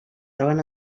troben